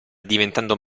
diventando